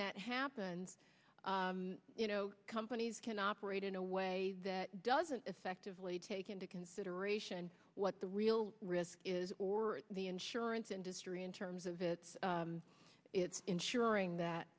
that happens you know companies can operate in a way that doesn't effectively take into consideration what the real risk is or the insurance industry in terms of its insuring that